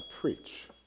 preach